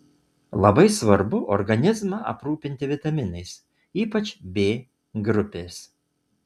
labai svarbu organizmą aprūpinti vitaminais ypač b grupės